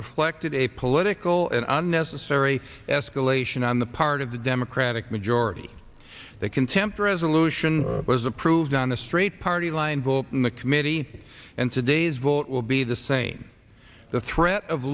reflected a political and unnecessary escalation on the part of the democratic majority that contempt resolution was approved on a straight party line vote in the committee and today's vote will be the same the threat of